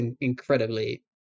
incredibly